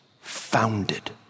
founded